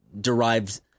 derived